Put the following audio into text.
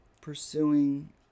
pursuing